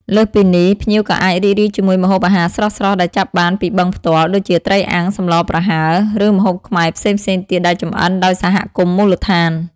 លើសពីនេះ ភ្ញៀវក៏អាចរីករាយជាមួយម្ហូបអាហារស្រស់ៗដែលចាប់បានពីបឹងផ្ទាល់ ដូចជាត្រីអាំង សម្លប្រហើរ ឬម្ហូបខ្មែរផ្សេងៗទៀតដែលចម្អិនដោយសហគមន៍មូលដ្ឋាន។